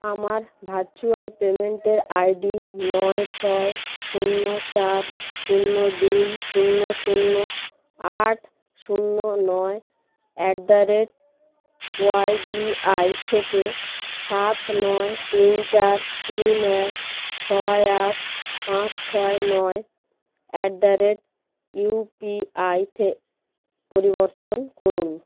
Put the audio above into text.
আমার ভার্চুয়াল পেমেন্টের আইডি নয় ছয় শূন্য চার শূন্য দুই শূন্য শূন্য আট শূন্য নয় অ্যাট দ্য রেট ওয়াইবিআই থেকে সাত নয় তিন চার তিন এক ছয় আট পাঁচ ছয় নয় অ্যাট দ্য রেট ইউপিআই তে পরিবর্তন করুন